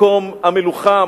מקום המלוכה,